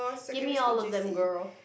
gimme all of them girl